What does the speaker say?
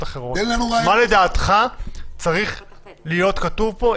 אחרות: מה לדעתך צריך להיות כתוב פה,